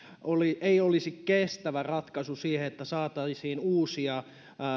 ei olisi kestävä ratkaisu siihen että saataisiin uusia